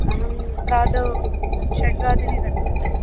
अहम् प्रातः षड्वादने कर्तुं इच्छामि